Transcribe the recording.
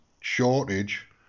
shortage